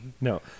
No